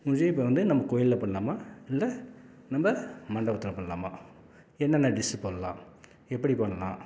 முடிஞ்சு இப்போ வந்து நம்ம கோவில்ல பண்ணலாமா இல்லை நம்ம மண்டபத்தில் பண்ணலாமா என்னென்ன டிஷ்ஷு பண்ணலாம் எப்படி பண்ணலாம்